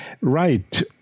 right